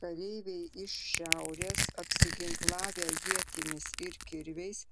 kareiviai iš šiaurės apsiginklavę ietimis ir kirviais